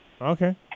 Okay